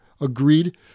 agreed